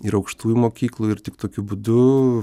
ir aukštųjų mokyklų ir tik tokiu būdu